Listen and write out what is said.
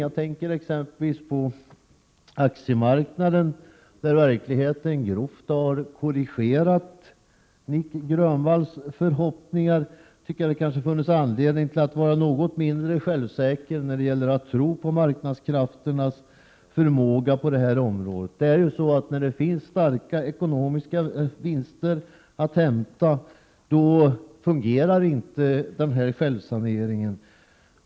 Jag tänker exempelvis på aktiemarknaden där verkligheten grovt har korrigerat Nic Grönvall. Därför tycker jag att det skulle finnas anledning för Nic Grönvall att vara litet mindre självsäker när det gäller marknadskrafternas förmåga på detta område. När det finns stora vinster att hämta fungerar inte självsaneringen.